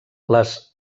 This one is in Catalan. les